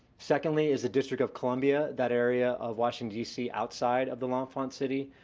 secondly is the district of columbia, that area of washington, d c. outside of the l'enfant city,